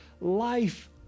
life